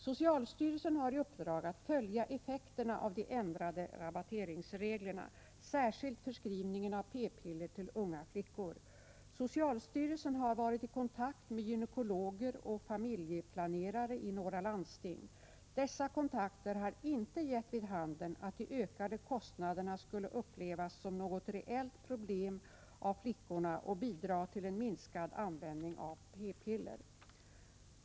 Socialstyrelsen har i uppdrag att följa effekterna av de ändrade rabatteringsreglerna, särskilt beträffande förskrivningen av p-piller till unga flickor. Socialstyrelsen har varit i kontakt med gynekologer och familjeplanerare i några landsting. Dessa kontakter har inte gett vid handen att de ökade kostnaderna skulle upplevas som något reellt problem av flickorna och bidra till en minskad användning av p-piller.